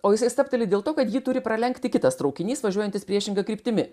o jisai stabteli dėl to kad jį turi pralenkti kitas traukinys važiuojantis priešinga kryptimi